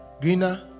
greener